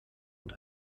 und